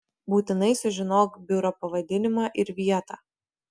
būtinai sužinok biuro pavadinimą ir vietą